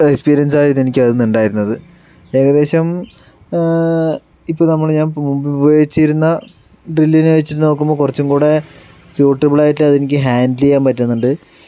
experience ആരുന്നു എനിക്ക് അതിൽ നിന്ന് ഉണ്ടായിരുന്നത് ഏകദേശം ഇപ്പോൾ നമ്മള് ഞാൻ മുൻപ് ഉപയോഗിച്ചിരുന്ന ഡ്രില്ലിനെ വെച്ച് നോക്കുമ്പോൾ കൊറച്ചും കൂടെ സ്യൂട്ടബിൾ ആയിട്ട് അതെനിക്ക് ഹാൻഡില് ചെയ്യാൻ പറ്റുന്നുണ്ട്